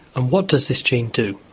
and what does this gene do?